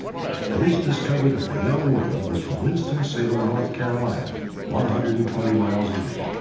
police discovered that the young woman was from winston-salem, north carolina one hundred and twenty miles away.